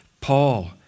Paul